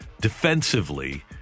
defensively